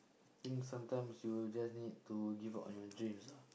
think sometimes you just need to give up on your dreams ah